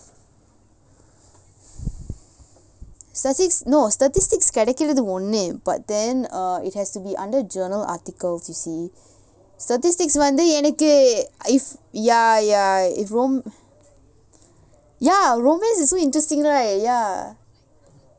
statis~ no statistics கெடக்கிறது ஒன்னு:kedakirathu onnu but then uh it has to be under journal articles you see statistics வந்து எனக்கு:vanthu enaku if ya ya if rom~ ya romance is so interesting right ya